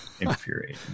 Infuriating